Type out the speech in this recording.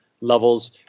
levels